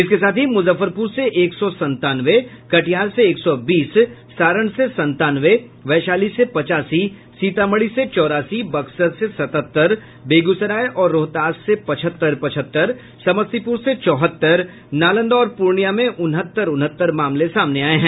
इसके साथ ही मुजफ्फरपुर से एक सौ संतानवे कटिहार से एक सौ बीस सारण से संतानवे वैशाली से पचासी सीतामढ़ी से चौरासी बक्सर से सतहत्तर बेगूसराय और रोहतास से पचहत्तर पचहत्तर समस्तीपुर से चौहत्तर नालंदा और पूर्णिया में उनहत्तर उनहत्तर मामले सामने आये हैं